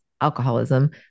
alcoholism